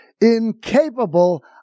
incapable